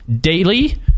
daily